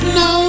no